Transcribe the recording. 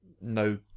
no